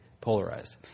polarized